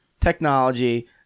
technology